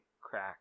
crack